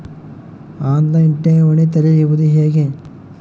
On line ಠೇವಣಿ ತೆರೆಯುವುದು ಹೇಗೆ?